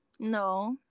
No